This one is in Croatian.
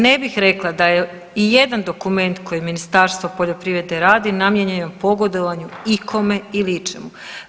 Ne bih rekla da je ijedan dokument koji Ministarstvo poljoprivrede radi namijenjen pogodovanju ikome ili ičemu.